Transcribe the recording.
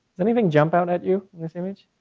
and anything jump out at you in this image?